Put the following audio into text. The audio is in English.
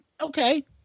Okay